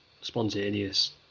spontaneous